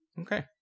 Okay